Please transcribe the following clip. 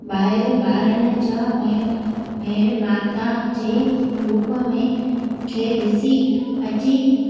ॿाहिरि ॿारनि जा मे मेड़ माता जे रूप में खे ॾिसी अची